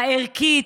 הערכית,